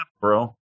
Bro